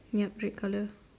yup red colour